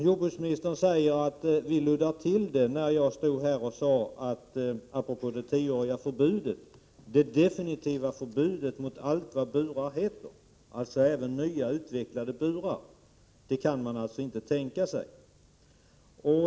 Jordbruksministern säger att vi moderater ”luddar till” begreppen, när jag apropå tioårsgränsen för burhönssystemet påtalade att det var ett definitivt förbud mot allt vad burar heter, att man inte ens kan tänka sig nya, utvecklade burar.